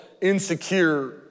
insecure